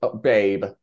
babe